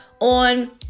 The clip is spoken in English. on